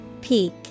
Peak